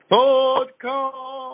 podcast